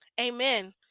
Amen